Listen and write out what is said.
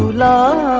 la